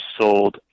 sold